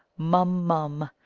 mum, mum!